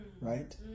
right